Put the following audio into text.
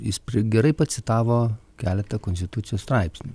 jis gerai pacitavo keletą konstitucijos straipsnių